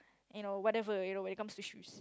you know whatever when it comes to shoes